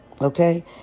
okay